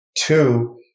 Two